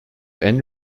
end